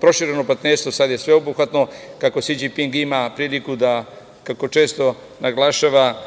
prošireno partnerstvo, sada je sveobuhvatno, kako Si Đinping ima priliku da, kako često naglašava,